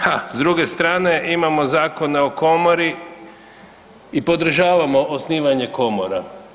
Ha, s druge strane imamo zakone o komori i podržavamo osnivanje komora.